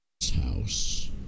house